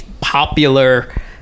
popular